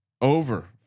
over